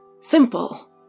Simple